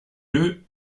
leu